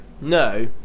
No